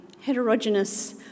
heterogeneous